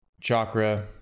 chakra